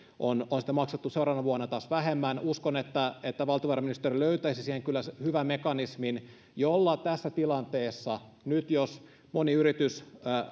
on maksettu seuraavana vuonna vähemmän uskon että että valtiovarainministeriö löytäisi kyllä hyvän mekanismin jolla tässä tilanteessa nyt jos moni yritys